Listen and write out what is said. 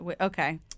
okay